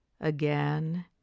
again